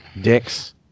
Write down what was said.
dicks